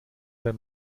wenn